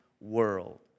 world